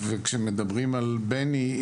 וכשמדברים על בני,